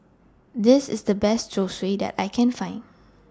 This IS The Best Zosui that I Can Find